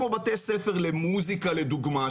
כמו בתי ספר למוזיקה לדוגמה,